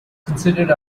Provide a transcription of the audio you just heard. considered